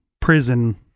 prison